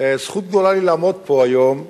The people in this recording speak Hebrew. זכות גדולה לי לעמוד פה היום,